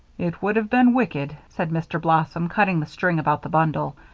it would have been wicked, said mr. blossom, cutting the string about the bundle,